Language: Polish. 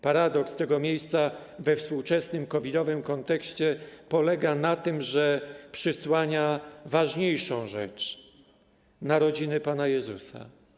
Paradoks tego miejsca we współczesnym COVID-owym kontekście polega na tym, że przysłania ważniejszą rzecz, narodziny Pana Jezusa.